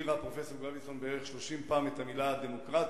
פרופסור גביזון הזכירה בערך 30 פעם את המלה "דמוקרטיה",